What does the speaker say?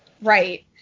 Right